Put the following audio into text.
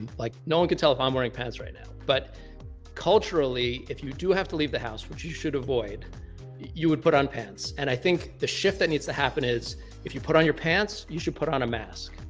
like, no one can tell if i'm wearing pants right now. but culturally, if you do have to leave the house which you should avoid you would put on pants. and i think the shift that needs to happen is if you put on your pants, you should put on a mask.